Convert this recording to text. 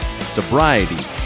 sobriety